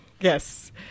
Yes